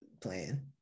plan